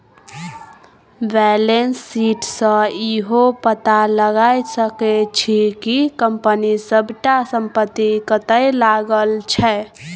balance sheet सँ इहो पता लगा सकै छी कि कंपनी सबटा संपत्ति कतय लागल छै